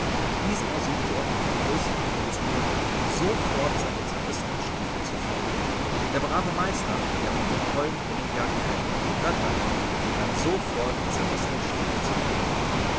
diesen ersuchte er mit der größten gemütsruhe ihm sofort seine zerrissenen stiefel zu flicken der brave meister der von der tollen hennigjagd kein wort gehört hatte begann sofort die zerrissenen stiefel zu flicken